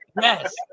Yes